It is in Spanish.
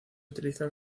utiliza